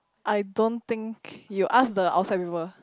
I don't think you ask the outside people